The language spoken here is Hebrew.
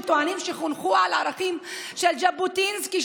שטוענים שחונכו על ערכים של ז'בוטינסקי,